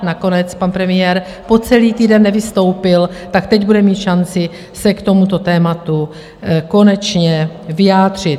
Nakonec pan premiér po celý týden nevystoupil, tak teď bude mít šanci se k tomuto tématu konečně vyjádřit.